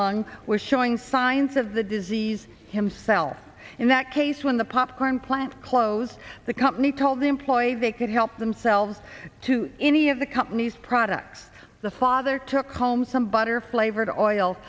lung was showing signs of the disease himself in that case when the popcorn plant closed the company told the employee they could help themselves to any of the company's products the father took home some butter flavored oil